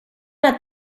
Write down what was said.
let